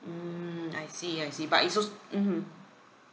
mm I see I see but it's also mm